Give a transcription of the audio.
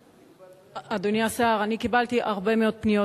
ארדן: 9 טלב אלסאנע